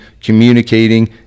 communicating